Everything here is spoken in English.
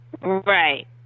Right